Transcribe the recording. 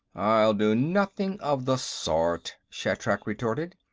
i'll do nothing of the sort, shatrak retorted.